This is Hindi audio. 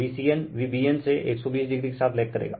Vcn Vbn से 120o के साथ लेग करेगा